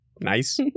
nice